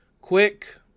Quick